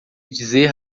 dizer